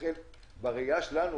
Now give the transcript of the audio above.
בראייה שלנו,